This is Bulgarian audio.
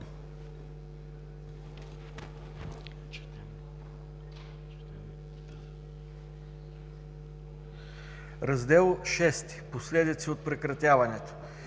„Раздел VІ – Последици от прекратяването“.